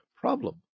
problem